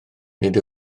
nid